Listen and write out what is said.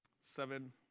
Seven